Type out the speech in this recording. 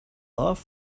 love